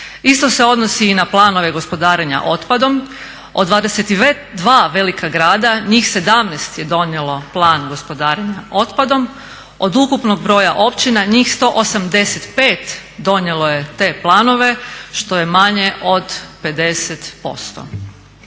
Isto se odnosio i na planove gospodarenja otpadom. Od 22 velika grada njih 17 je donijelo plan gospodarenja otpadom. Od ukupnog broja općina njih 185 donijelo je to planove što je manje od 50%.